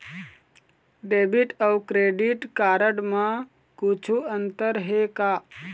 Debit अऊ credit card म कुछू अंतर हे का?